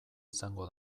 izango